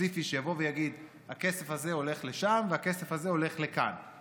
ספציפי יבוא ויגיד: הכסף הזה הולך לשם והכסף הזה הולך לכאן.